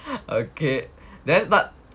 okay then but